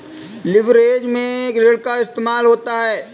leverage में ऋण का इस्तेमाल होता है